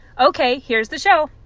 ok. here's the show